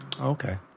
Okay